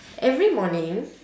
every morning